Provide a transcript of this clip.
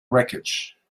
wreckage